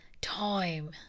time